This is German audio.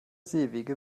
seewege